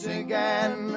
again